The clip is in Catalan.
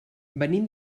venim